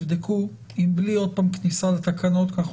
שתבדקו אם בלי עוד פעם כניסה לתקנות כי אנחנו